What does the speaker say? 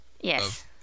Yes